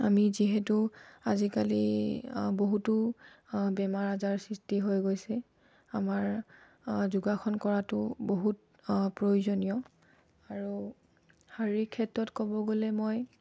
আমি যিহেতু আজিকালি বহুতো বেমাৰ আজাৰ সৃষ্টি হৈ গৈছে আমাৰ যোগাসন কৰাটো বহুত প্ৰয়োজনীয় আৰু শাৰীৰিক ক্ষেত্ৰত ক'ব গ'লে মই